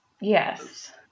Yes